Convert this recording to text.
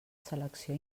selecció